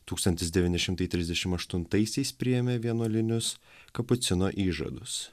tūkstantis devyni šimtai trisdešim aštuntaisiais priėmė vienuolinius kapucino įžadus